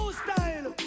style